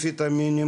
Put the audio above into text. כמו אמפטמינים,